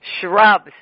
Shrubs